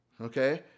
Okay